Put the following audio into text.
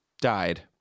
died